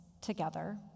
together